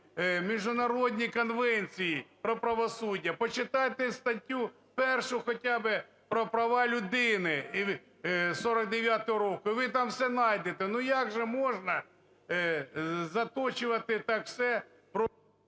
міжнародні конвенції про правосуддя, почитайте статтю 1 хоча б про права людини 49-го року, і ви там все знайдете. Ну, як же можна заточувати так все…